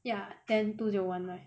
ya end two zero one nine